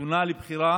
נתונה לבחירת